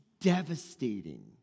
devastating